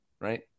right